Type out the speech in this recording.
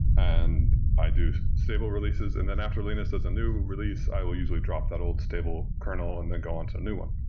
and i do stable releases. and then after linus has a new release, i will usually drop that old stable kernel and then go on to the new one.